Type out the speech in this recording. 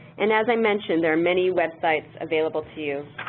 and as i mentioned, there are many websites available to you.